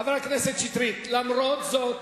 חבר הכנסת שטרית, למרות זאת